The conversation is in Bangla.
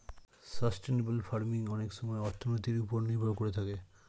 সাস্টেইনেবল ফার্মিং অনেক সময়ে অর্থনীতির ওপর নির্ভর করে থাকে